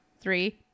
three